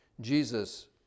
Jesus